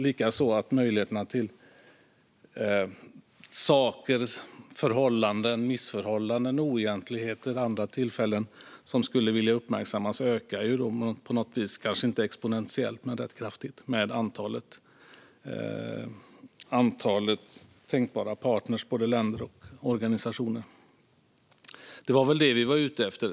Likaså ökar möjligheterna när det gäller sakers förhållanden, missförhållanden, oegentligheter och andra tillfällen som vi skulle vilja uppmärksammas. Det ökar kanske inte exponentiellt men ganska kraftigt med antalet tänkbara partner, både länder och organisationer. Det var väl det vi var ute efter.